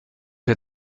der